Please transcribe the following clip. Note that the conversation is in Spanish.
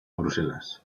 bruselas